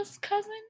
cousin